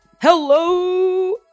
Hello